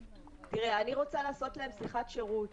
תראה, אני רוצה לעשות להם שיחת שירות